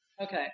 Okay